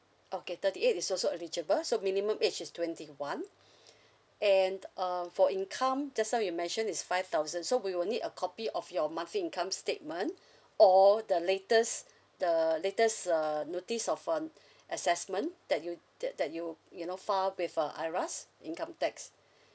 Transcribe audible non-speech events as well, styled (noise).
okay thirty eight is also eligible so minimum age is twenty one (breath) and um for income just now you mentioned is five thousand so we will need a copy of your monthly income statement (breath) or the latest (breath) the latest uh notice of on (breath) assessment that you that that you you know file with uh IRAS income tax (breath)